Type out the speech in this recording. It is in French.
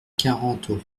quarante